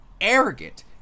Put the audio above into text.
arrogant